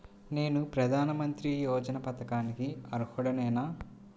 నేను ప్రధాని మంత్రి యోజన పథకానికి అర్హుడ నేన?